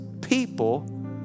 people